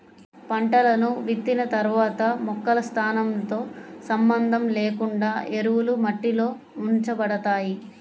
పంటలను విత్తిన తర్వాత మొక్కల స్థానంతో సంబంధం లేకుండా ఎరువులు మట్టిలో ఉంచబడతాయి